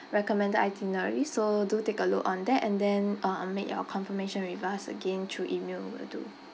recommended itinerary so do take a look on that and then um make your confirmation with us again through email will do